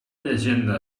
llegenda